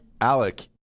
Alec